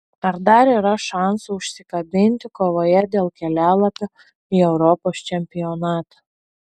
ar dar yra šansų užsikabinti kovoje dėl kelialapio į europos čempionatą